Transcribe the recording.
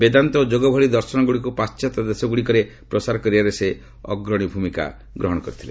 ବେଦାନ୍ତ ଓ ଯୋଗ ଭଳି ଦର୍ଶନ ଗୁଡ଼ିକୁ ପାଣ୍ଢାତ୍ୟ ଦେଶ ଗୁଡ଼ିକରେ ପ୍ରସାର କରିବାରେ ସେ ଅଗ୍ରଣୀ ଭୂମିକା ନେଇଥିଲେ